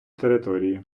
території